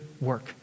work